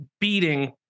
beating